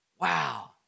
Wow